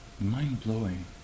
mind-blowing